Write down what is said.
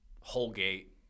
Holgate